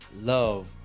love